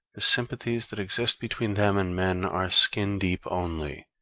the sympathies that exist between them and men are skin-deep only,